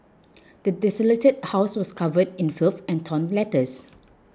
the desolated house was covered in filth and torn letters